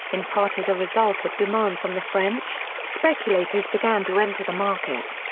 in part as a result of demand from the french, speculators began to enter the market.